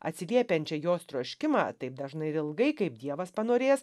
atsiliepiančią jos troškimą taip dažnai ir ilgai kaip dievas panorės